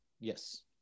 yes